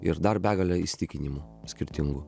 ir dar begale įsitikinimų skirtingų